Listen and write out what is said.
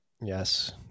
Yes